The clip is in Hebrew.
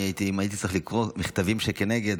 אם הייתי צריך לקרוא מכתבים שכנגד,